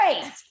great